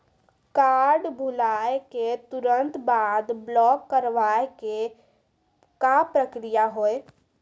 Card भुलाए के तुरंत बाद ब्लॉक करवाए के का प्रक्रिया हुई?